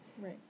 Right